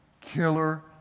killer